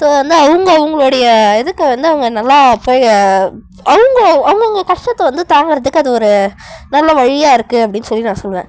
so வந்து அவங்க அவங்களோடைய இதுக்கு வந்து அவங்க நல்லா போய் அவங்க அவங்கவுங்க கஷ்டத்தை வந்து தாங்குறதுக்கு அது ஒரு நல்ல வழியாக இருக்கு அப்டின்னு சொல்லி நான் சொல்வேன்